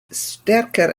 stärker